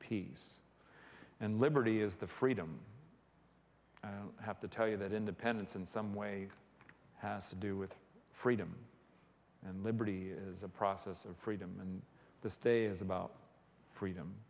peace and liberty is the freedom i have to tell you that independence in some way has to do with freedom and liberty is a process of freedom in this day is about freedom